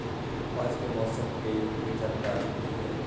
आज के मौसम के जानकारी कि हई?